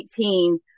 2018